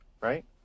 right